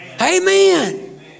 Amen